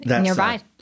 nearby